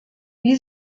wie